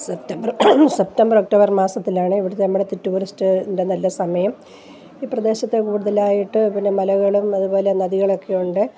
September September October മാസത്തിലാണ് ഇവിടുത്തെ നമ്മുടെ ടൂറിസ്റ്റിൻ്റെ നല്ല സമയം ഈ പ്രദേശത്ത് കൂടുതലായിട്ട് പിന്നെ മലകളും അതുപോലെ നദികളൊക്കെ ഉണ്ട്